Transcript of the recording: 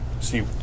see